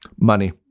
Money